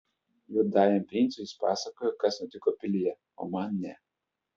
juodajam princui jis pasakojo kas nutiko pilyje o man ne